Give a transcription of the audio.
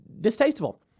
distasteful